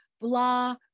blah